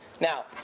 Now